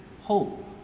hope